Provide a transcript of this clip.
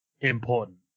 important